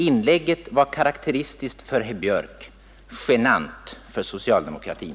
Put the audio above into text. Inlägget var karakteristiskt för herr Björk, genant för socialdemokratin.